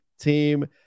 team